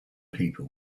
people